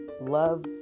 Love